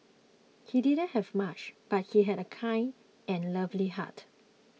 he did not have much but he had a kind and lovely heart